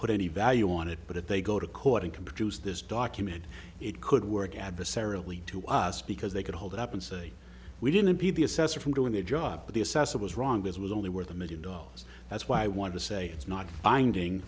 put any value on it but if they go to court and can produce this document it could work adversarial lead to us because they could hold up and say we didn't impede the assessor from doing their job but the assessor was wrong this was only worth a million dollars that's why i want to say it's not binding